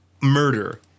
murder